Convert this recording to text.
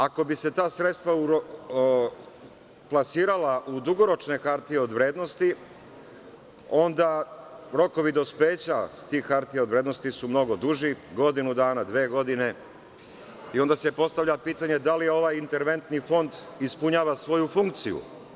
Ako bi se ta sredstva plasirala u dugoročne hartije od vrednosti, onda rokovi dospeća tih hartija od vrednosti su mnogo duži, godinu dana, dve godine i onda se postavlja pitanje da li ovaj interventni fond ispunjava svoju funkciju.